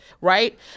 right